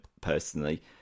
personally